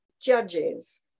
judges